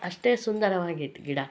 ಅಷ್ಟೇ ಸುಂದರವಾಗಿತ್ತು ಗಿಡ